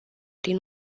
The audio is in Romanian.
prin